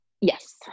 Yes